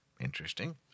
interesting